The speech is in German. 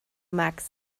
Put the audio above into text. max